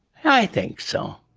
i think so.